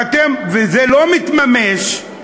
וזה לא מתממש,